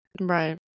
Right